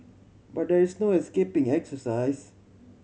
but there is no escaping exercise